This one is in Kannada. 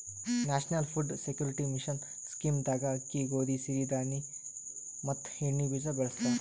national food security mission scheme ದಾಗ ಅಕ್ಕಿ, ಗೋದಿ, ಸಿರಿ ಧಾಣಿ ಮತ್ ಎಣ್ಣಿ ಬೀಜ ಬೆಳಸ್ತರ